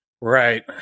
Right